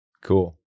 Cool